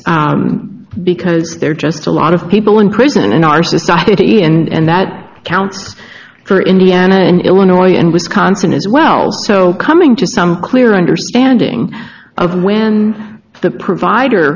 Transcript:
cases because there just a lot of people in prison in our society and that counts for indiana and illinois and wisconsin as well so coming to some clear understanding of where the provider